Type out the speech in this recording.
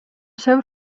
seva